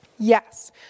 Yes